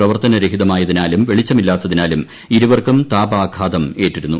പ്രവർത്തന രഹിതമായതിനാലും വെളിച്ചമില്ലാത്തതിനാലും ഇരുവർക്കും താപാഘാതം ഏറ്റിരുന്നു